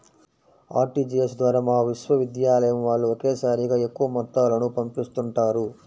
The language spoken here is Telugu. ఆర్టీజీయస్ ద్వారా మా విశ్వవిద్యాలయం వాళ్ళు ఒకేసారిగా ఎక్కువ మొత్తాలను పంపిస్తుంటారు